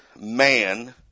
man